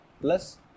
plus